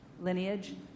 lineage